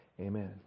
Amen